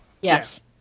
Yes